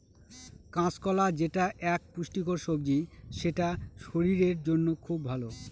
কাঁচকলা যেটা এক পুষ্টিকর সবজি সেটা শরীরের জন্য খুব ভালো